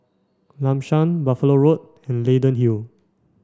Lam San Buffalo Road and Leyden Hill